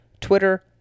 Twitter